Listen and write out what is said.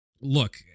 look